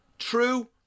true